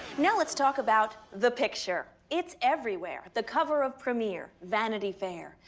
now let's talk about the picture, it's everywhere, the cover of premier, vanity fair.